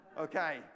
okay